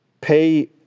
pay